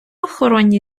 охороні